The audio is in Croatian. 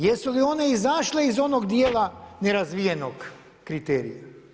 Jesu li one izašle iz onog dijela nerazvijenog kriterija?